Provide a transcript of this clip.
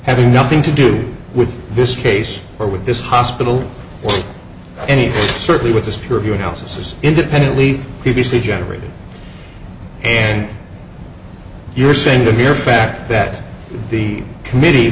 having nothing to do with this case or with this hospital or any certainly with distributed houses independently previously generated and you're saying the mere fact that the committee